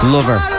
Lover